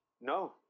No